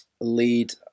lead